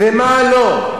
ומה לא.